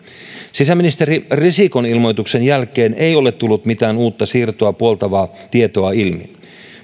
sisäministeri risikon ilmoituksen jälkeen ei ole tullut mitään uutta siirtoa puoltavaa tietoa ilmi